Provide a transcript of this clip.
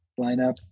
lineup